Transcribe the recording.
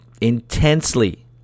intensely